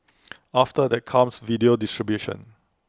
after that comes video distribution